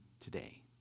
today